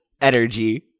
energy